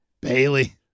Bailey